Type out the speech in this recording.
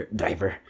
driver